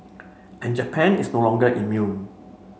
and Japan is no longer immune